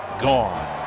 gone